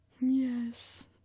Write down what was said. Yes